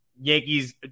Yankees